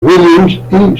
williams